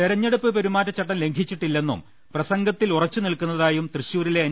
തെരഞ്ഞെടുപ്പ് പെരുമാറ്റച്ചട്ടം ലംഘിച്ചിട്ടില്ലെന്നും പ്രസംഗത്തിൽ ഉറച്ചു നിൽക്കുന്നതായും തൃശൂരിലെ എൻ